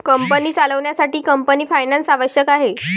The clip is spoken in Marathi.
कंपनी चालवण्यासाठी कंपनी फायनान्स आवश्यक आहे